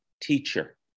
teacher